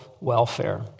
welfare